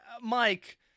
Mike